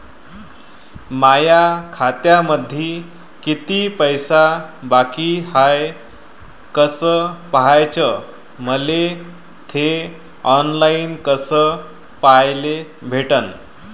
माया खात्यामंधी किती पैसा बाकी हाय कस पाह्याच, मले थे ऑनलाईन कस पाह्याले भेटन?